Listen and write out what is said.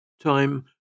Time